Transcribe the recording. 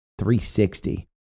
360